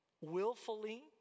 willfully